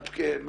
גם חברי כנסת,